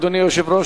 אדוני היושב-ראש,